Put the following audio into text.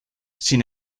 sin